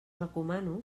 recomano